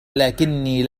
لكني